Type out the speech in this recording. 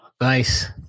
Nice